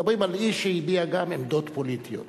מדברים על איש שהביע גם עמדות פוליטיות.